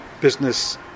business